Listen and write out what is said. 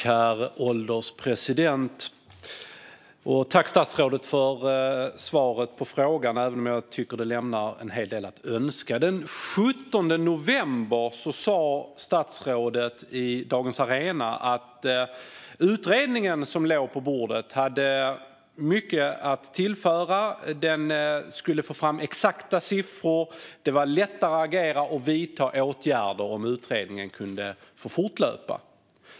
Herr ålderspresident! Tack, statsrådet, för svaret på interpellationen, även om jag tycker att det lämnar en hel del att önska! Den 17 november sa statsrådet i Dagens Arena att utredningen som låg på bordet hade mycket att tillföra. Den skulle få fram exakta siffror, och det skulle bli lättare att agera och vidta åtgärder om utredningen kunde få fortlöpa.